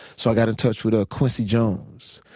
so i got in touch with quincy jones.